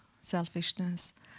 selfishness